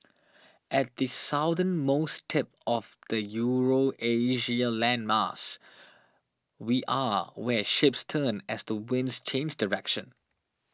at the southernmost tip of the Eurasia landmass we are where ships turn as the winds change direction